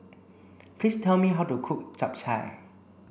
please tell me how to cook Japchae